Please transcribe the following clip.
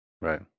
Right